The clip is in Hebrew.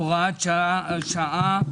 (הוראת שעה),